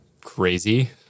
crazy